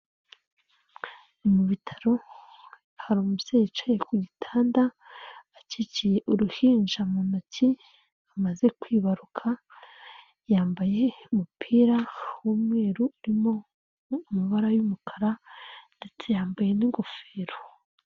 Ni mu bitaro, hari umubyeyi yicaye ku gitanda, acyikiye uruhinja mu ntoki, amaze kwibaruka, yambaye umupira w'umweru urimo amabara y'umukara, ndetse yambaye n'ingofero.